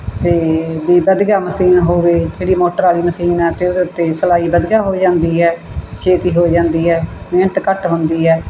ਅਤੇ ਵੀ ਵਧੀਆ ਮਸ਼ੀਨ ਹੋਵੇ ਜਿਹੜੀ ਮੋਟਰ ਵਾਲੀ ਮਸ਼ੀਨ ਹੈ ਅਤੇ ਉਹਦੇ ਉੱਤੇ ਸਿਲਾਈ ਵਧੀਆ ਹੋ ਜਾਂਦੀ ਹੈ ਛੇਤੀ ਹੋ ਜਾਂਦੀ ਹੈ ਮਿਹਨਤ ਘੱਟ ਹੁੰਦੀ ਹੈ